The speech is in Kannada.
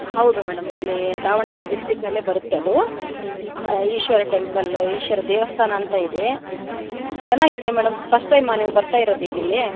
ಹೌದು ಮೇಡಮ್ ಇಲ್ಲಿ ದಾವಣಗೆರೆ ಡಿಸ್ಟಿಕ್ನಲ್ಲೇ ಬರುತ್ತೆ ಅದು ಈಶ್ವರ ಟೆಂಪಲ್ ಈಶ್ವರ ದೇವಸ್ಥಾನ ಅಂತ ಇದೆ ಚೆನ್ನಾಗಿದೆ ಮೇಡಮ್ ಫಸ್ಟ್ ಟೈಮಾ ನೀವು ಬರ್ತಾ ಇರೋದು ಈಗ ಇಲ್ಲಿ